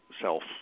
self